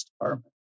Department